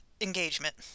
engagement